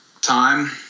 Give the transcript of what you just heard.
time